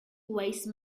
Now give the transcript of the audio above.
waste